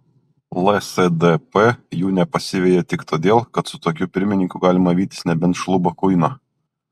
lsdp jų nepasiveja tik todėl kad su tokiu pirmininku galima vytis nebent šlubą kuiną